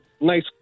nice